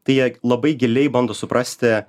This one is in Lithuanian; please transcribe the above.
tai jie labai giliai bando suprasti